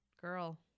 Girl